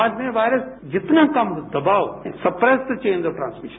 समाज में वायरस जितना कम दबाव suppress the chain of transmission